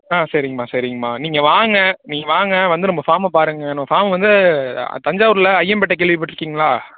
ஆ சரிங்கம்மா சரிங்கம்மா நீங்கள் வாங்க நீங்கள் வாங்க வந்து நம்ம ஃபார்மை பாருங்கள் நம்ம ஃபார்ம் வந்து தஞ்சாவூரில் அய்யம்பேட்டை கேள்விப்பட்டிருக்கீங்களா